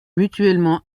mutuellement